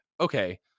okay